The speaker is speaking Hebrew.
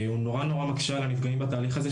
הוא נורא מקשה על הנפגעים בתהליך הזה,